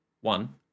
One